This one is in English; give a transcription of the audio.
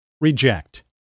reject